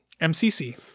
MCC